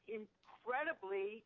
incredibly